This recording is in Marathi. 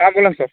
हा बोला सर